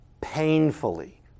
painfully